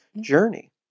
journey